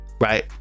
right